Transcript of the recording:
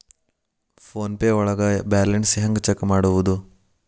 Phone pay ಒಳಗ balance ಹೆಂಗ್ check ಮಾಡುವುದು?